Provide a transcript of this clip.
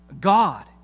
God